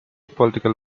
political